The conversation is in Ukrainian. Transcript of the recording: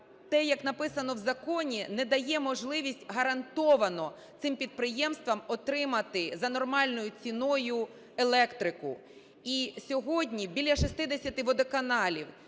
те, як написано в законі, не дає можливість гарантовано цим підприємствам отримати за нормальною ціною електрику. І сьогодні біля 60 водоканалів,